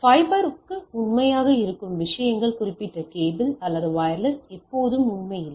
ஃபைபருக்கு உண்மையாக இருக்கும் விஷயங்கள் குறிப்பிட்ட கேபிள் அல்லது வயர்லெஸ் எப்போதும் உண்மை இல்லை